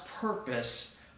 purpose